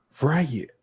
Right